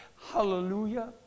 Hallelujah